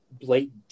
blatant